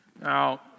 Now